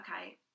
Okay